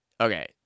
Okay